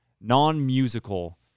non-musical